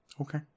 Okay